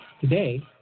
Today